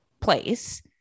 place